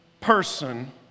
person